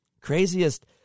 Craziest